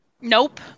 Nope